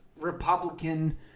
Republican